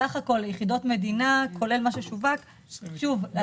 סך הכול יחידות מדינה כולל מה ששווק --- בחלק